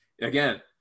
again